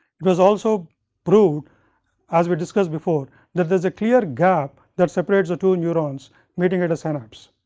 it was also proved as we discussed before that, there is a clear gap that separates the two neurons meeting at a synapse.